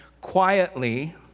quietly